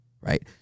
right